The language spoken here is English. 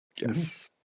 Yes